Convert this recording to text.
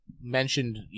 mentioned